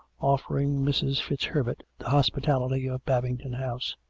offering mrs. fitzherbert the hospitality of babington house,